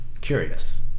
curious